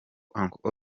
uncle